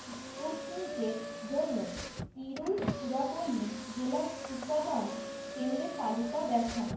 স্পুটনিকের জন্য তিরুচিরাপল্লী জেলার টিকাদান কেন্দ্রের তালিকা দেখান